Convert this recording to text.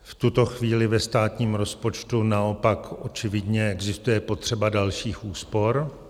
V tuto chvíli ve státním rozpočtu naopak očividně existuje potřeba dalších úspor.